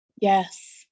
Yes